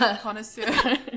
connoisseur